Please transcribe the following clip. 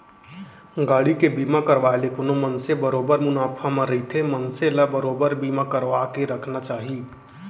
गाड़ी के बीमा करवाय ले कोनो मनसे बरोबर मुनाफा म रहिथे मनसे ल बरोबर बीमा करवाके रखना चाही